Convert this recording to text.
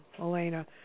Elena